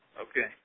Okay